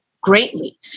greatly